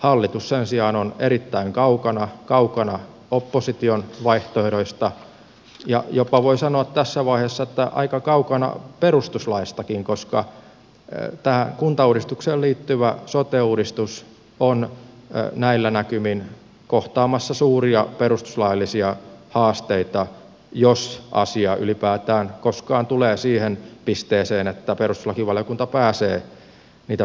hallitus sen sijaan on erittäin kaukana kaukana opposition vaihtoehdoista ja jopa voi sanoa tässä vaiheessa että aika kaukana perustuslaistakin koska tämä kuntauudistukseen liittyvä sote uudistus on näillä näkymin kohtaamassa suuria perustuslaillisia haasteita jos asia ylipäätään koskaan tulee siihen pisteeseen että perustuslakivaliokunta pääsee niitä pykäliä käsittelemään